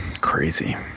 crazy